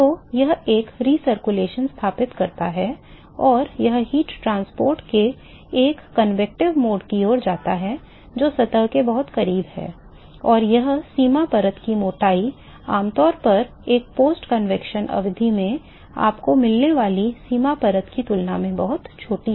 तो यह एक पुनरावर्तन स्थापित करता है और यह ऊष्मा परिवहन के एक संवहनी मोड की ओर जाता है जो सतह के बहुत करीब है और यह सीमा परत की मोटाई आमतौर पर एक पोस्ट संवहन अवधि में आपको मिलने वाली सीमा परत की तुलना में बहुत छोटी है